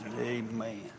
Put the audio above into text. Amen